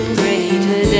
greater